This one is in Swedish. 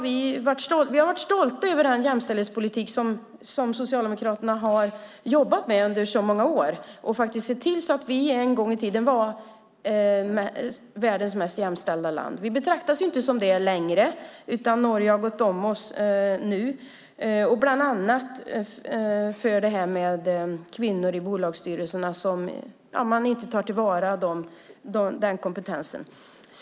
Vi har varit stolta över den jämställdhetspolitik som Socialdemokraterna har jobbat med under så många år och att vi har sett till att vi en gång i tiden var världens mest jämställda land. Vi betraktas inte som det längre, utan Norge har gått om oss nu, bland annat på grund av detta med kvinnor i bolagsstyrelserna där man inte tar till vara den kompetensen.